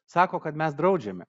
sako kad mes draudžiame